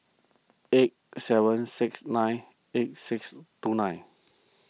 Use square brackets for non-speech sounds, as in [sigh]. eight seven six nine eight six two nine [noise]